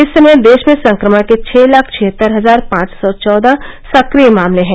इस समय देश में संक्रमण के छह लाख छिहत्तर हजार पांच सौ चौदह सक्रिय मामले हैं